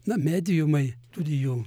na mediumai studijų